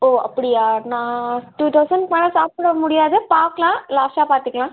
ஓ அப்படியா நான் two thousand மேல் சாப்பிட முடியாது பார்க்கலாம் லாஸ்ட்டாக பார்த்துக்கலாம்